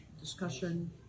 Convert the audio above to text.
discussion